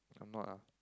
I'm not ah